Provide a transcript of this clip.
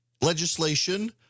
legislation